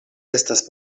estas